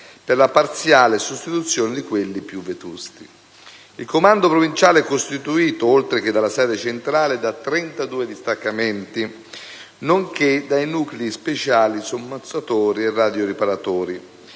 per la parziale sostituzione di quelli più vetusti. Il comando provinciale è costituito, oltre che dalla sede centrale, da 32 distaccamenti, nonché dai nuclei speciali sommozzatori e radioriparatori.